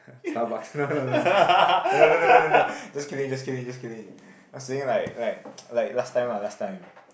Starbucks no no no no no no no no no just kidding just kidding just kidding I'm saying like like like last time lah last time